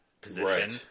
position